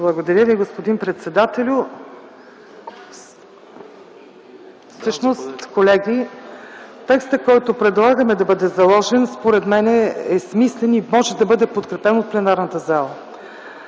Благодаря Ви, господин председател. Всъщност, колеги, текстът, който предлагаме да бъде заложен, според мен е смислен и може да бъде подкрепен от пленарната зала.